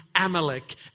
Amalek